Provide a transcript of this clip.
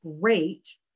great